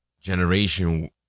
generation